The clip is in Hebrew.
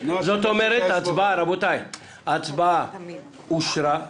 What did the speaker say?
הרביזיה נפלה וההצבעה אושרה.